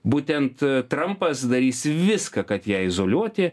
būtent trampas darys viską kad ją izoliuoti